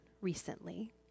recently